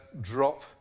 drop